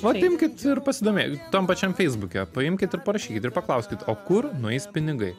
vat imkit ir pasidomė tam pačiam feisbuke paimkit ir parašykit ir paklauskit o kur nueis pinigai